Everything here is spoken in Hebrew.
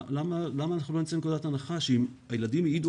למה לא נצא מנקודת הנחה שאם הילדים העידו